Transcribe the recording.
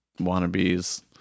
wannabes